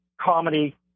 comedy